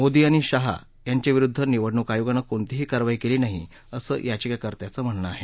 मोदी आणि शाह यांच्याविरुद्ध निवडणूक आयोगानं कोणतीही कारवाई केली नाही असं याचिकाकर्त्यांचं म्हणणं आहे